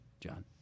John